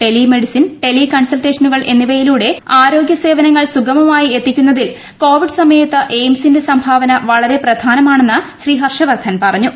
tele medicine ടെലി കൺസൾട്ടേഷനുകൾ എന്നിവയിലൂടെ ആരോഗ്യ സേവനങ്ങൾ സുഗമമായി എത്തിക്കുന്നതിൽ കോവിഡ് സമയത്ത് എയിംസിന്റെ സംഭാവന വളരെ പ്രധാനമാണെന്ന് ശ്രീ ഹർഷ് വർധൻ പറഞ്ഞു